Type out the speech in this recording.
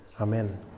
Amen